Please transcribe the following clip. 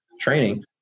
training